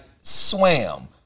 swam